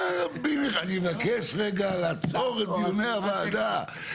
אני מבקש רגע לעצור את דיוני הוועדה,